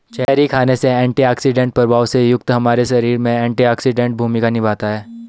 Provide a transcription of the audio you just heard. cherry खाने से antioxidant प्रभाव से युक्त हमारे शरीर में एंटीऑक्सीडेंट भूमिका निभाता है